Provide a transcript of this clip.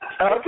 Okay